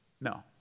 No